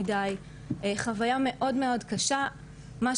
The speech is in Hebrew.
לא מכירים את התופעות,